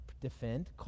defend